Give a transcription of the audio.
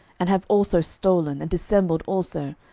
and have also stolen, and dissembled also,